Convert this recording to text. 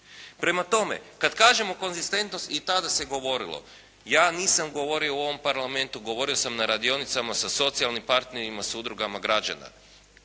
Prema tome, kada kažemo konzistentnost i tada se govorilo. Ja nisam govorio u ovom parlamentu, govorio sam na radionicama sa socijalnim partnerima, sa udrugama građana.